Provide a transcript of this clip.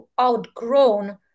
outgrown